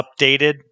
updated